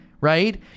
Right